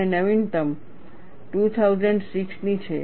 અને નવીનતમ 2006 ની છે